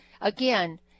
again